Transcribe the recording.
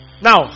Now